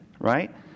right